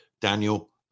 Daniel